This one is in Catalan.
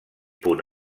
punt